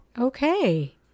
Okay